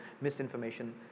misinformation